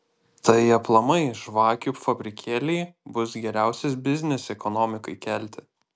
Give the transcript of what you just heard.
tai aplamai žvakių fabrikėliai bus geriausias biznis ekonomikai kelti